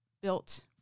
built